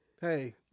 Hey